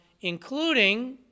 including